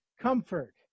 comfort